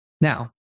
Now